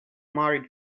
married